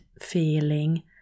feeling